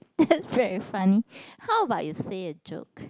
that's very funny how about you say a joke